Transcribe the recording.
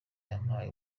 yampaye